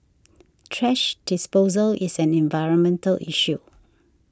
thrash disposal is an environmental issue